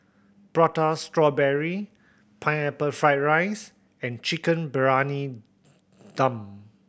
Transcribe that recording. Prata Strawberry Pineapple Fried rice and Chicken Briyani Dum